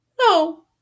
No